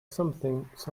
sometimes